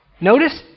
Notice